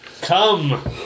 Come